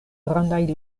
grandaj